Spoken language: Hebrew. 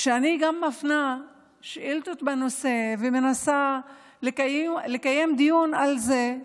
אני גם מפנה שאילתות בנושא ומנסה לקיים דיון על זה,